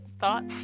Thoughts